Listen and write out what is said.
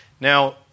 Now